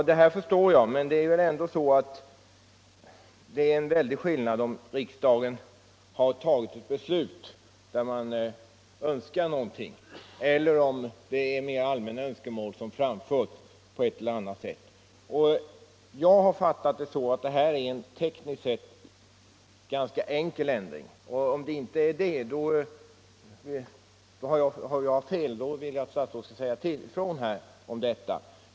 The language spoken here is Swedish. Herr talman! Jag förstår de synpunkterna, men det är ändå stor skillnad på när riksdagen fattar beslut om något önskvärt och när önskemål framförs mera allmänt på ett eller annat sätt. Jag har fattat att ändringen är tekniskt sett ganska enkel, men om det inte är så utan jag har fel vill jag att statsrådet säger ifrån om det.